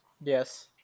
Yes